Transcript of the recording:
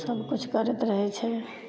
सबकिछु करैत रहै छै